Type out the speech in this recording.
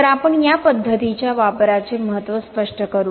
तर आपण या पद्धतीच्या वापराचे महत्त्व स्पष्ट करू